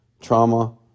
trauma